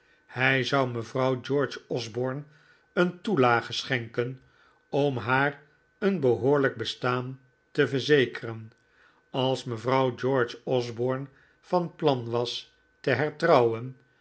hij zou mevrouw george osborne een toelage schenken om haar een behoorlijk bestaan te verzekeren als mevrouw george osborne van plan was te hertrouwen